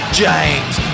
james